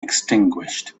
extinguished